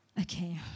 Okay